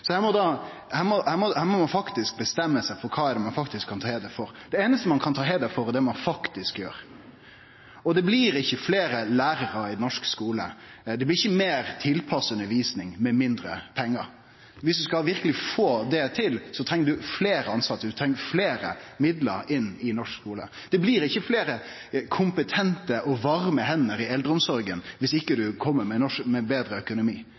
må faktisk bestemme seg for kva ein kan ta heider for. Det einaste ein kan ta heider for, er det ein faktisk gjer. Det blir ikkje fleire lærarar i norsk skule, og det blir ikkje meir tilpassa undervisning med mindre pengar. Om ein verkeleg skal få det til, treng ein fleire tilsette, og ein treng midlar inn i norsk skule. Det blir ikkje fleire kompetente og varme hender i eldreomsorga om ein ikkje kjem med betre økonomi.